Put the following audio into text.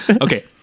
Okay